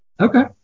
okay